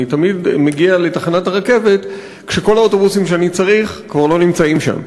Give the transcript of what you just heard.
אני תמיד מגיע לתחנת הרכבת כשכל האוטובוסים שאני צריך כבר לא נמצאים שם.